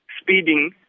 speeding